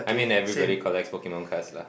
I mean everybody collects Pokemon cards lah